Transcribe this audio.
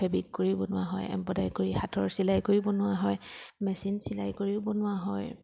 fabric কৰি বনোৱা হয় এম্বডাৰী কৰি হাতৰ চিলাই কৰি বনোৱা হয় মেচিন চিলাই কৰিও বনোৱা হয়